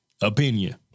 Opinion